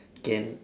can